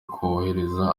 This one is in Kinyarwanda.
kohereza